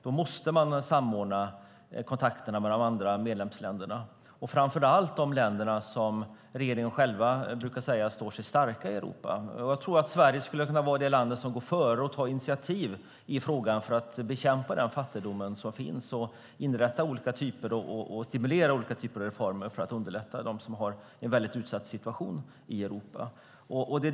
Då måste man samordna kontakterna med de andra medlemsländerna, och framför allt med de länder som regeringen själv brukar säga står starka i Europa. Jag tror att Sverige skulle kunna vara det land som går före och tar initiativ i frågan för att bekämpa den fattigdom som finns och stimulera och införa olika typer av reformer för att underlätta för dem som har en mycket utsatt situation i Europa.